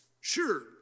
Sure